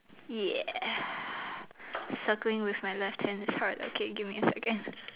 ya circling with my left hand sorry okay give me a second